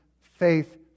faith